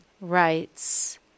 rights